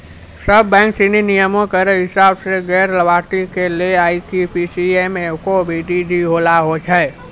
सब बैंक सिनी नियमो केरो हिसाब सें गैर लाभार्थी ले आई एफ सी आरु एम.एम.आई.डी दै ल होय छै